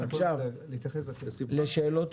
נכון, 20% מן הציבור הם חלק מן העם.